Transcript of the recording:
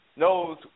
knows